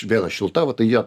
vena šilta va tai jie